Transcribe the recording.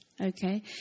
okay